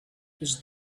his